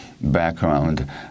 background